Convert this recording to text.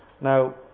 Now